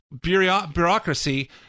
bureaucracy